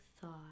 thought